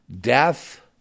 Death